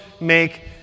make